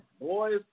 boys